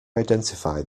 identify